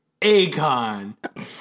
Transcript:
Akon